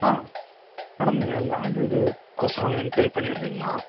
ஆ madam நீங்கள் land இதுகொசரம் enquiry பண்ணியிருந்தீங்களா